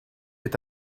est